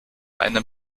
einem